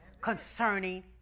concerning